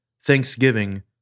thanksgiving